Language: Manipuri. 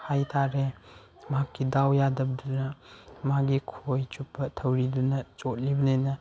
ꯍꯥꯏ ꯇꯔꯦ ꯃꯍꯥꯛꯀꯤ ꯗꯥꯎ ꯌꯥꯗꯕꯗꯨꯅ ꯃꯥꯒꯤ ꯈꯣꯏ ꯆꯨꯞꯄ ꯊꯧꯔꯤꯗꯨꯅ ꯆꯣꯠꯂꯤꯕꯅꯤꯅ